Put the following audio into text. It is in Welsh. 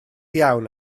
iawn